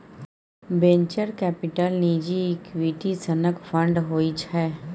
venture capital निजी equity सनक fund होइ छै